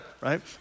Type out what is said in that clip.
right